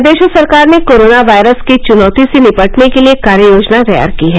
प्रदेश सरकार ने corona virus की चुनौती से निपटने के लिए कार्य योजना तैयार की है